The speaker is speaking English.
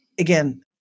Again